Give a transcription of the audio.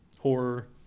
horror